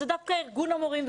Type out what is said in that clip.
זה דווקא ארגון המורים,